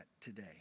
today